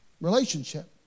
Relationship